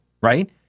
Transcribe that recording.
right